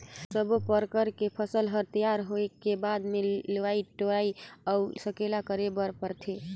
सब्बो परकर के फसल हर तइयार होए के बाद मे लवई टोराई अउ सकेला करे बर परथे